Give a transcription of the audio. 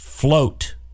Float